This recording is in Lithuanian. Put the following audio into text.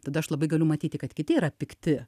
tada aš labai galiu matyti kad kiti yra pikti